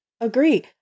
agree